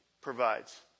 provides